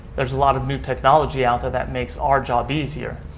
there's a lot of new technology ah and that makes our job easier.